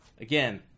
again